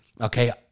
Okay